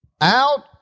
out